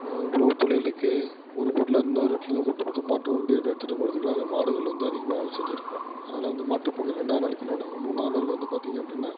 உழவு தொழிலுக்கு ஒரு பொருளை இன்னொரு இடத்துல கொட்டுவது மாட்டி வண்டியில எடுத்துகிட்டு போகிறதுக்குலாம் அந்த மாடுகள் வந்து அதிகமாக வேலை செஞ்சுருக்கும் அதனால் வந்து மாட்டுப் பொங்கல் ரெண்டாவது நாள் கொண்டாடுவாங்க மூணாவது நாள் வந்து பார்த்திங்க அப்படினா